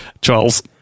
charles